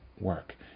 work